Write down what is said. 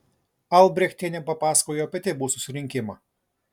albrechtienė papasakojo apie tėvų susirinkimą